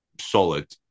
solid